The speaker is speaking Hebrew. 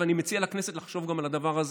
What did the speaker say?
ואני מציע לכנסת לחשוב גם על הדבר הזה: